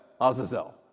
Azazel